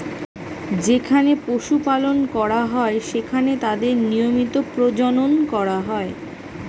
যেখানে পশু পালন করা হয়, সেখানে তাদের নিয়মিত প্রজনন করা হয়